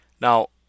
Now